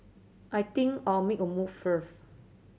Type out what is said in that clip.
I think I'll make a move first